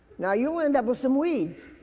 now you'll and up with some weeds.